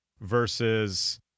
versus